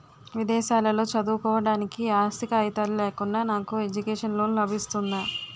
విదేశాలలో చదువుకోవడానికి ఆస్తి కాగితాలు లేకుండా నాకు ఎడ్యుకేషన్ లోన్ లబిస్తుందా?